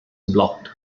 blocked